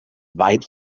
weit